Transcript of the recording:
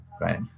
right